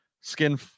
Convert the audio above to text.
skin